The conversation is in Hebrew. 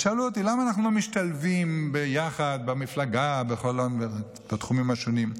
הם שאלו אותי למה אנחנו לא משתלבים ביחד במפלגה בתחומים השונים.